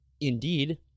Indeed